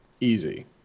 easy